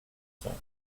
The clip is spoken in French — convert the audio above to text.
cents